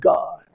God